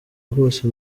rwose